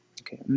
okay